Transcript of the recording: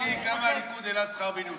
תבדקי כמה הליכוד העלה שכר מינימום.